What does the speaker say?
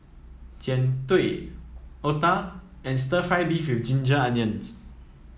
Jian Dui otah and stir fry beef with Ginger Onions